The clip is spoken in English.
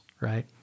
right